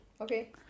Okay